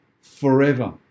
forever